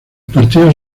partidos